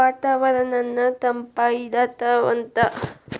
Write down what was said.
ವಾತಾವರಣನ್ನ ತಂಪ ಇಡತಾವಂತ